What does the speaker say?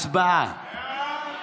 הצבעה.